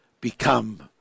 become